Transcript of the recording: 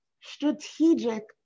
strategic